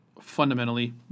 fundamentally